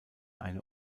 eine